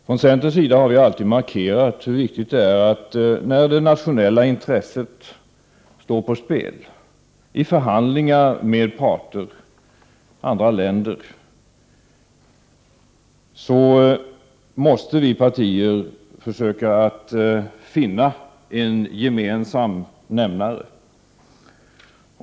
Från centerns sida har vi alltid markerat hur viktigt det är, när det nationella intresset står på spel i förhandlingar med parter och andra länder, att vi partier försöker finna en gemensam nämnare.